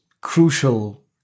crucial